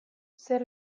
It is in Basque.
zer